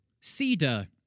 cedar